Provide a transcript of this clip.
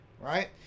right